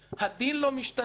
הדין לא משתנה; הדין